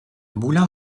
moulin